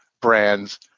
brands